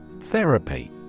Therapy